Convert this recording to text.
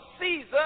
Caesar